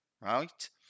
Right